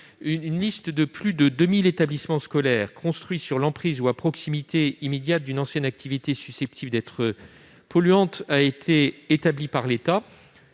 Une liste de plus de 2 000 établissements scolaires construits sur l'emprise, ou à proximité immédiate, d'une ancienne activité susceptible d'être polluante a été établie par l'État.